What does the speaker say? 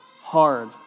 hard